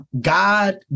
God